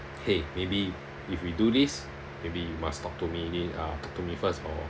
!hey! maybe if we do this maybe you must talk to me uh talk to me first or